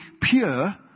pure